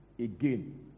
Again